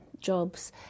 jobs